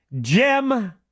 jim